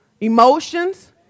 emotions